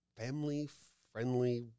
family-friendly